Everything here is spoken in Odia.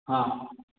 ହଁ ହଁ ହଁ